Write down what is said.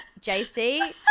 JC